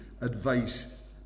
advice